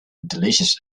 delicious